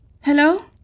Hello